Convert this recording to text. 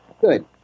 Good